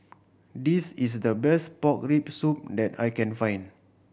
this is the best pork rib soup that I can find